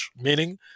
meaning